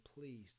please